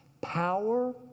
Power